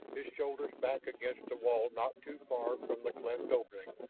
his shoulders back against the wall not too far from the cleft opening,